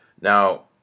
Now